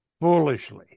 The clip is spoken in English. foolishly